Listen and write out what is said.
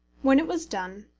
when it was done,